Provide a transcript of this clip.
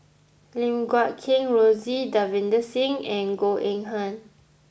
Lim Guat Kheng Rosie Davinder Singh and Goh Eng Han